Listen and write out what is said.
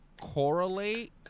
correlate